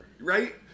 Right